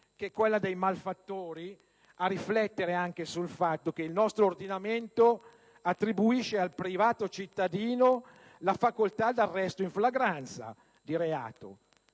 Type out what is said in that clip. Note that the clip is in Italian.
che quella dei malfattori a riflettere anche sul fatto che il nostro ordinamento attribuisce al privato cittadino la facoltà d'arresto in flagranza di reato;